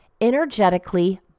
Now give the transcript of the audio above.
energetically